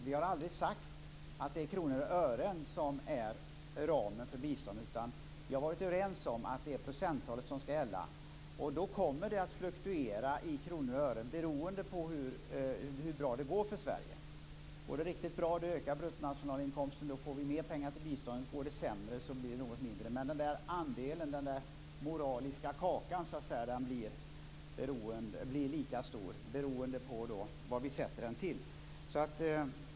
Vi har aldrig sagt att det är kronor och ören som är ramen för biståndet. Vi har varit överens om att det är procenttalet som skall gälla. Då kommer det att fluktuera i kronor och ören beroende på hur bra det går för Sverige. Går det riktigt bra ökar bruttonationalprodukten och vi får mer pengar till biståndet. Går det sämre blir det något mindre. Andelen - den moraliska kakan - blir lika stor beroende på vad vi sätter den till.